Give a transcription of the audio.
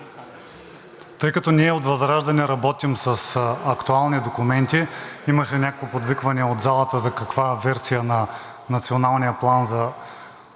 Тъй като ние от ВЪЗРАЖДАНЕ работим с актуални документи, а имаше някакво подвикване от залата за каква версия на Националния план за възстановяване